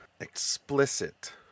explicit